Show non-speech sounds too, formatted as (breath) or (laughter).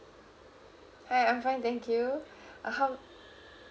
hi I'm fine thank you (breath) uh how